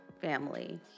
family